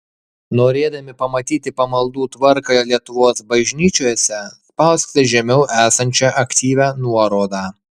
norėdami pamatyti pamaldų tvarką lietuvos bažnyčiose spauskite žemiau esančią aktyvią nuorodą